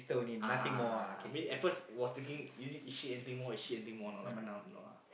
ah ah ah ah ah I mean at first was thinking is it is she anything more is she anything more but now no ah